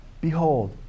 Behold